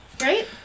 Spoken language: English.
Right